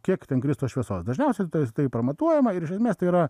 kiek ten kris tos šviesos dažniausiai tai pamatuojama ir iš esmės tai yra